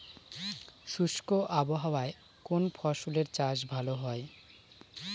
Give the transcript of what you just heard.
শুষ্ক আবহাওয়ায় কোন ফসলের চাষ ভালো হয়?